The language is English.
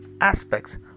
aspects